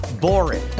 boring